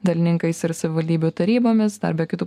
dalininkais ir savivaldybių tarybomis dar be kitų